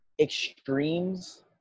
extremes